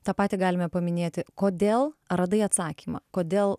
tą patį galime paminėti kodėl radai atsakymą kodėl